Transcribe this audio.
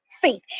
faith